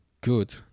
good